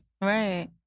Right